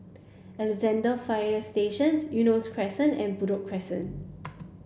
Alexandra Fire Stations Eunos Crescent and Buroh Crescent